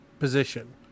Position